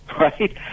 right